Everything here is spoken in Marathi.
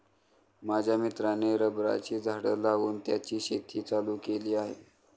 माझ्या मित्राने रबराची झाडं लावून त्याची शेती चालू केली आहे